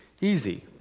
easy